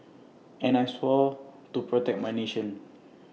and I swore to protect my nation